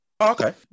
Okay